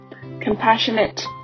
compassionate